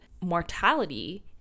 mortality